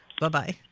Bye-bye